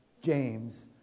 James